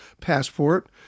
passport